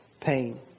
pain